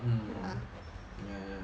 mm ya ya